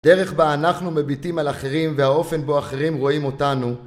דרך בה אנחנו מביטים על אחרים והאופן בו אחרים רואים אותנו.